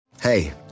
Hey